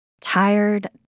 tired